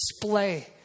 display